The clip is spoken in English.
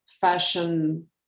fashion